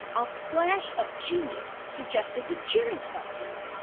a flash of genius suggested the cheering stunt to him.